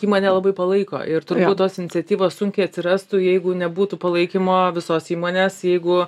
ji mane labai palaiko ir turbūt tos iniciatyvos sunkiai atsirastų jeigu nebūtų palaikymo visos įmonės jeigu